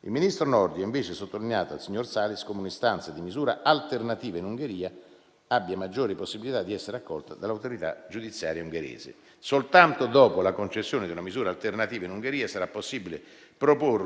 Il ministro Nordio ha invece sottolineato al signor Salis come un'istanza di misura alternativa in Ungheria abbia maggiori possibilità di essere accolta dall'autorità giudiziaria ungherese. Soltanto dopo la concessione di una misura alternativa in Ungheria, sarà possibile proporre